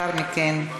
לאחר מכן,